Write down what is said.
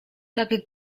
tak